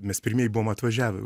mes pirmieji buvom atvažiavę